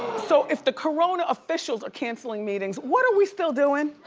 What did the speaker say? so if the corona officials are canceling meetings, what are we still doin'?